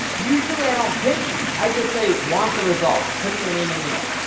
usually i don't pitch i just say, want the results? put in your name and email.